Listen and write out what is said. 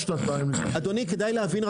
אדוני כדאי להבין,